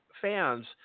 fans